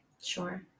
sure